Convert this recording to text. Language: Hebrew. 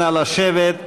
נא לשבת.